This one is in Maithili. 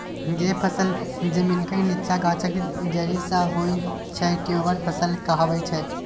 जे फसल जमीनक नीच्चाँ गाछक जरि सँ होइ छै ट्युबर फसल कहाबै छै